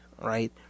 right